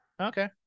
Okay